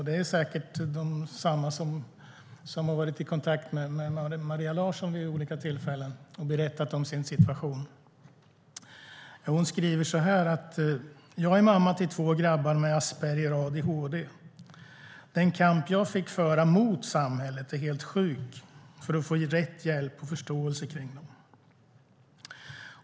Det är säkert samma som varit i kontakt med Maria Larsson vid olika tillfällen och berättat om sin situation. Hon skriver så här: Jag är mamma till två grabbar med Asperger och adhd. Den kamp jag fick föra mot samhället är helt sjuk för att få rätt hjälp och förståelse kring dem.